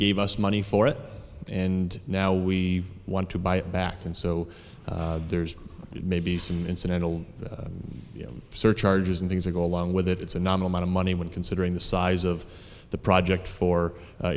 gave us money for it and now we want to buy it back and so there's maybe some incidental surcharges and things that go along with it it's a non amount of money when considering the size of the project for